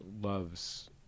loves